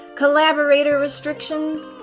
collaborator restrictions,